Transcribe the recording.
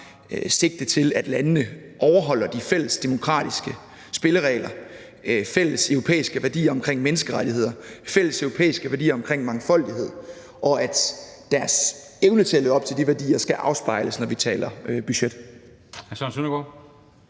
sigte til, at landene overholder de fælles demokratiske spilleregler, de fælles europæiske værdier omkring menneskerettigheder og de fælles europæiske værdier omkring mangfoldighed, og vi mener, at deres evne til at leve op til de værdier skal afspejles, når vi taler budget.